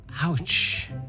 Ouch